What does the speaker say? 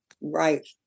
Right